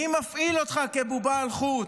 מי מפעיל אותך כבובה על חוט?